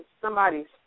somebody's